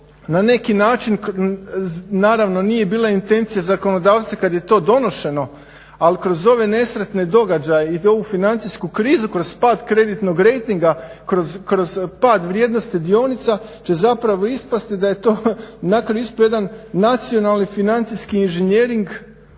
na neki način, naravno nije bila intencija zakonodavca kad je to donošeno, ali kroz ove nesretne događaje i ovu financijsku krizu, kroz pad kreditnog rejtinga, kroz pad vrijednosti dionica će zapravo ispasti da je to, na kraju je ispao jedan nacionalni financijskih inženjering